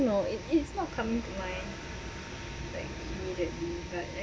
know it it's not coming to mind immediately but